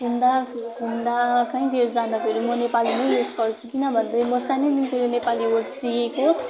घुम्दा घुम्दा काहीँनिर जाँदाखेरि म नेपाली नै युज गर्छु किनभने म सानैदेखि नेपाली वर्ड सिकेको